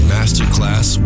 Masterclass